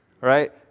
Right